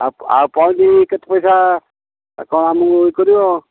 ଆଉ ଆଉ ପହଞ୍ଚିକି କେତେ ପଇସା କ'ଣ ଆମକୁ ଇଏ କରିବ